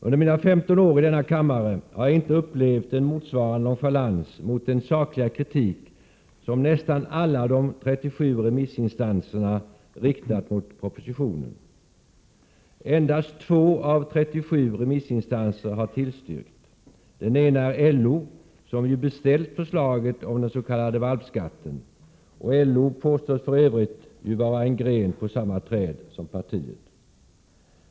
Under mina 15 år i denna kammare har jag inte upplevt en motsvarande nonchalans mot den sakliga kritik som nästan alla de 37 remissinstanserna riktat mot propositionen. Endast två av 37 remissinstanser har tillstyrkt. Den ena är LO som ju beställt förslaget om den s.k. valpskatten, och LO påstås för övrigt vara en gren på samma träd som det socialdemokratiska partiet.